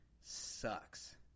sucks